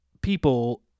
people